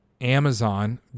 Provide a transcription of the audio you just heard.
Amazon